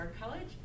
College